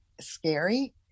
scary